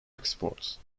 exports